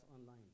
online